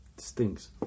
stinks